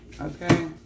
okay